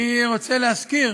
אני רוצה להזכיר